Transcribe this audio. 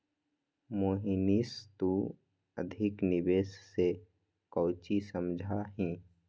मोहनीश तू अधिक निवेश से काउची समझा ही?